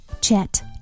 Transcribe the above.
Chat